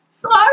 Sorry